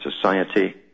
society